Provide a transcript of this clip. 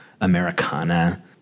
Americana